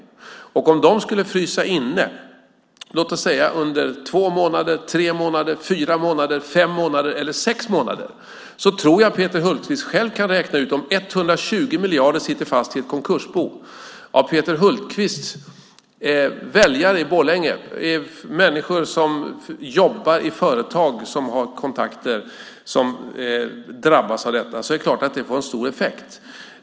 Om dessa 120 miljarder skulle frysa inne låt oss säga under två, tre, fyra, fem eller sex månader i ett konkursbo tror jag att Peter Hultqvist själv kan räkna ut att hans väljare i Borlänge är människor som jobbar i företag som har kontakter som drabbas av detta. Då är det klart att det får en stor effekt.